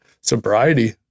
sobriety